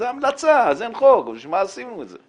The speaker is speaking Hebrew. זה המלצה, אז אין חוק, אז בשביל מה עשינו את זה?